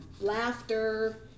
Laughter